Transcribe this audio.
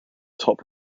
top